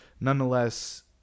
Nonetheless